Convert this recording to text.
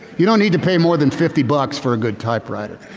you don't need to pay more than fifty bucks for a good typewriter.